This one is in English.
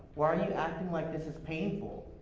why are you acting like this is painful?